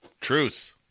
Truth